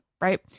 right